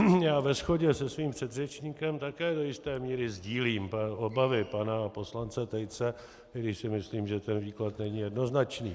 Já ve shodě se svým předřečníkem také do jisté míry sdílím obavy pana poslance Tejce, i když si myslím, že ten výklad není jednoznačný.